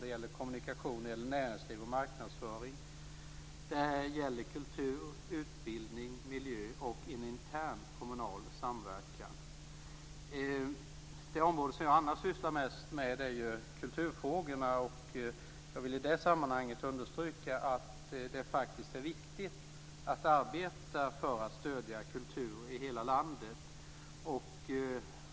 Det gäller kommunikation, näringsliv och marknadsföring, kultur, utbildning, miljö och en intern kommunal samverkan. Det område som jag annars sysslar mest med är ju kulturfrågorna. Jag vill i det sammanhanget understryka att det faktiskt är viktigt att arbeta för att stödja kultur i hela landet.